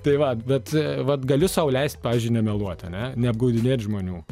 tai vat bet vat galiu sau leist pavyzdžiui nemeluot ane neapgaudinėt žmonių